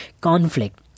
conflict